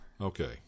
Okay